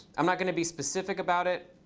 i'm not going to be specific about it.